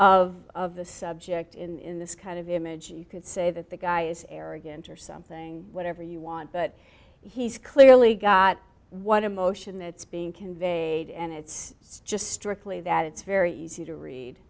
descriptive of the subject in this kind of image you could say that the guy is arrogant or something whatever you want but he's clearly got what emotion that's being conveyed and it's it's just strictly that it's very easy to read